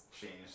changed